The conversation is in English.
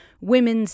Women's